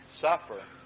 suffer